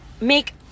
make